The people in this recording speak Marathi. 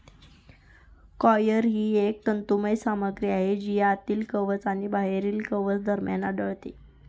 कॉयर ही एक तंतुमय सामग्री आहे जी आतील कवच आणि बाहेरील कवच दरम्यान आढळते